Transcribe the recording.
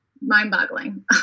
mind-boggling